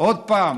עוד פעם: